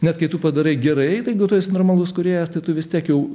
net kai tu padarai gerai tai jeigu tu esi normalus kūrėjas tai tu vistiek jau